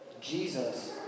Jesus